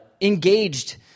engaged